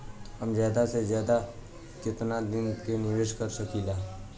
हम ज्यदा से ज्यदा केतना दिन के निवेश कर सकिला?